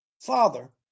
father